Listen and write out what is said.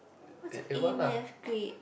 what's your a-math grade